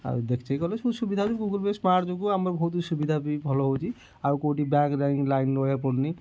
ଆଉ ଦେଖି ଚାହିଁ କି କଲେ ସବୁ ସୁବିଧା ହେଉଛି ଗୁଗଲ୍ ପେ ସ୍ମାର୍ଟ ଯୋଗୁଁ ଆମେ ବହୁତ ସୁବିଧା ବି ଭଲ ହେଉଛି ଆଉ କେଉଁଠି ବ୍ୟାଙ୍କ୍ ଲାଇନ୍ରେ ରହିବାକୁ ପଡ଼ୁନି